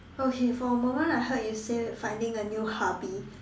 okay for a moment I heard you say finding a new hubby